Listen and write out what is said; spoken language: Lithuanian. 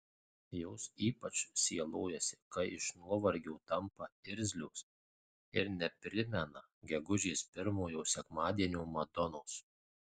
jos ypač sielojasi kai iš nuovargio tampa irzlios ir neprimena gegužės pirmojo sekmadienio madonos